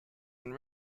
and